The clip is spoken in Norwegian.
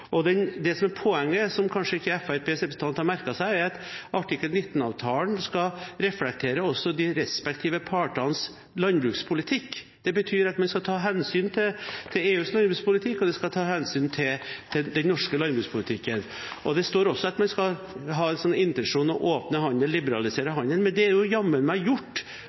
Det som er poenget, men som kanskje ikke Fremskrittspartiets representant har merket seg, er at artikkel 19-avtalen også skal reflektere de respektive partenes landbrukspolitikk. Det betyr at man skal ta hensyn til EUs landbrukspolitikk, og det skal tas hensyn til den norske landbrukspolitikken. Det står også at man skal ha som intensjon å åpne og liberalisere handelen. Men det er jammen meg gjort.